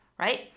right